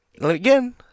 again